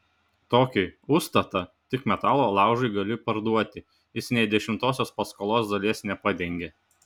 tokį užstatą tik metalo laužui gali parduoti jis nė dešimtosios paskolos dalies nepadengia